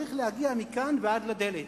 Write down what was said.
וצריך להגיע מכאן ועד לדלת,